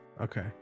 Okay